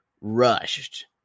rushed